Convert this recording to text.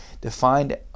defined